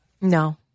No